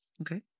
Okay